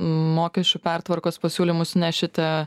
mokesčių pertvarkos pasiūlymus nešite